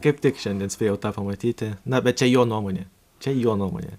kaip tik šiandien spėjau pamatyti na bet čia jo nuomonė čia jo nuomonė